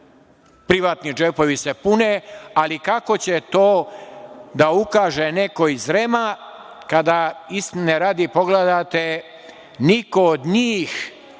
Privatni džepovi se pune, ali kako će to da ukaže neko iz REM-a kada, istine radi, pogledate, niko od njih